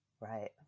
Right